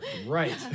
right